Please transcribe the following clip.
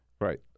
right